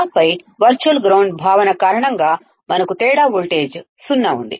ఆపై virtual ground భావన కారణంగా మనకు వోల్టేజ్ లో వ్యత్యాసం సున్నా ఉంది